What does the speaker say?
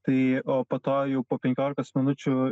tai o po to jau po penkiolikos minučių